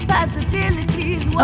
Possibilities